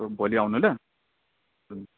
भोलि आउनु ल